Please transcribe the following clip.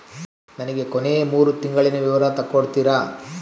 ನನಗ ಕೊನೆಯ ಮೂರು ತಿಂಗಳಿನ ವಿವರ ತಕ್ಕೊಡ್ತೇರಾ?